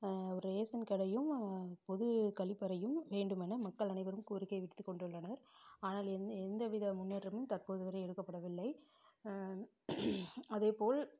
ration கடையும் பொதுக் கழிப்பறையும் வேண்டுமென மக்கள் அனைவரும் கோரிக்கை வைத்துக் கொண்டுள்ளனர் ஆனால் எந்தவித முன்னேற்றமும் தற்போது வரை எடுக்கப்படவில்லை அதேபோல்